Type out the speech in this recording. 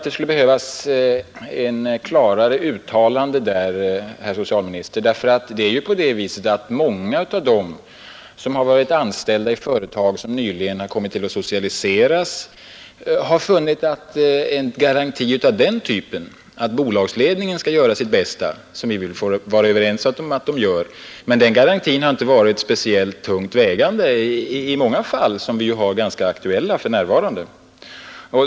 Det skulle behövas ett klarare uttalande därvidlag, herr socialminister, därför att det är ju på det viset att många av dem som har varit anställda i företag som nyligen blivit socialiserade har funnit att en garanti av den typen att bolagsledningen skall göra sitt bästa — som vi väl får vara överens om att den gör — inte har varit speciellt tungt vägande i många fall som är ganska aktuella för närvarande.